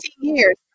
years